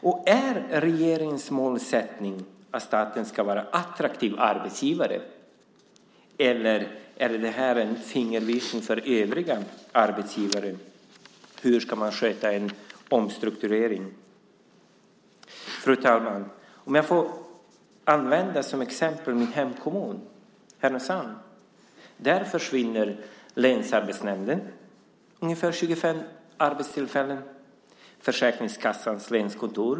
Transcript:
Är det regeringens målsättning att staten ska vara en attraktiv arbetsgivare, eller är det hela en fingervisning till övriga arbetsgivare om hur man ska sköta en omstrukturering? Fru talman! Jag får kanske som exempel ta min hemkommun Härnösand. Där försvinner länsarbetsnämnden och med den ungefär 25 arbetstillfällen samt Försäkringskassans länskontor.